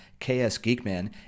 ksgeekman